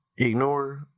Ignore